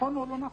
נכון או לא נכון,